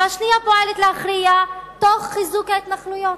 והשנייה פועלת להכריע תוך חיזוק ההתנחלויות.